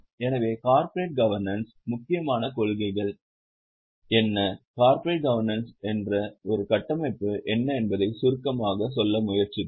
எனவே corporate governance முக்கியமான கொள்கைகள் என்ன கார்ப்பரேட் கவர்னன்ஸ் என்ற ஒரு கட்டமைப்பு என்ன என்பதை சுருக்கமாகச் சொல்ல முயற்சித்தோம்